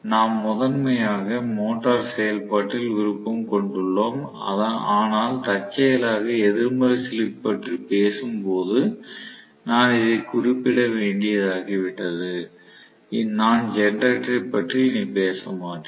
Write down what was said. நாம் முதன்மையாக மோட்டார் செயல்பாட்டில் விருப்பம் கொண்டுள்ளோம் ஆனால் தற்செயலாக எதிர்மறை ஸ்லிப் பற்றி பேசும் போது நான் இதைக் குறிப்பிட்ட வேண்டியதாகிவிட்டது நான் ஜெனரேட்டரைப் பற்றி இனி பேச மாட்டேன்